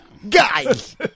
Guys